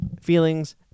Feelings